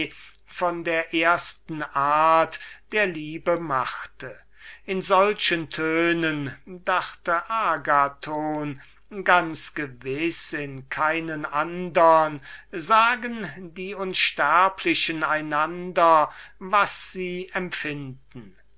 von der ersten art der liebe machte in solchen tönen dacht agathon ganz gewiß in keinen andern drücken die unsterblichen einander aus was sie empfinden